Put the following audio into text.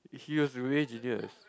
he was a real genius